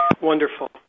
Wonderful